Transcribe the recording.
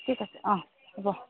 ঠিক আছে হ'ব